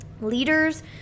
Leaders